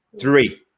Three